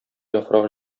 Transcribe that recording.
яфрак